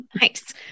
Nice